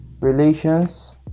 relations